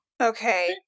Okay